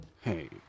Hey